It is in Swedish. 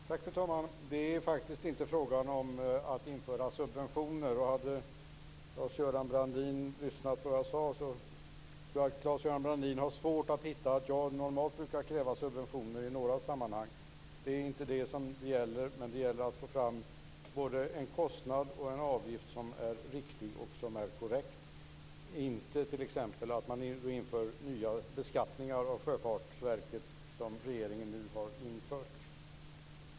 Fru talman! Det är faktiskt inte fråga om att införa subventioner. Claes-Göran Brandin kunde ha lyssnat på vad jag sade. Jag tror att han har svårt att hitta något som talar för att jag normalt brukar kräva subventioner. Det är inte det som det gäller. Det gäller att få fram både en kostnad och en avgift som är korrekt. Det handlar t.ex. inte om att införa nya beskattningar av Sjöfartsverket som regeringen nu har infört. Fru talman!